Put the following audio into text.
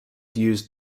used